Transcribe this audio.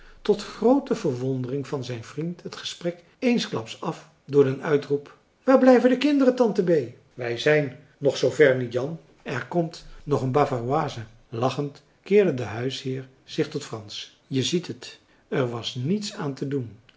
tot groote verwondering van zijn vriend het gesprek eensklaps af door den uitroep waar blijven de kinderen tante bee wij zijn nog zoo ver niet jan er komt nog een bavaroise lachend keerde de huisheer zich tot frans je ziet het er was niets aan te doen